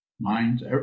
minds